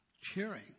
cheering